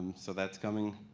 so that's coming.